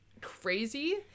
crazy